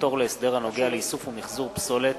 פטור להסדר הנוגע לאיסוף ומיחזור פסולת),